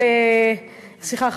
סליחה,